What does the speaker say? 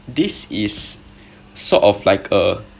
this is sort of like a